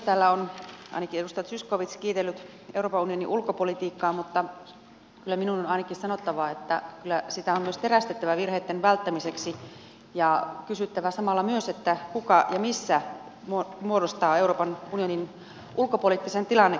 täällä on ainakin edustaja zyskowicz kiitellyt euroopan unionin ulkopolitiikkaa mutta kyllä minun on ainakin sanottava että kyllä sitä on myös terästettävä virheitten välttämiseksi ja kysyttävä samalla myös että kuka ja missä muodostaa euroopan unionin ulkopoliittisen tilannekuvan